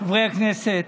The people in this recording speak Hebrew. חברי הכנסת,